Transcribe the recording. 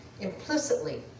implicitly